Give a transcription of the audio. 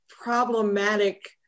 problematic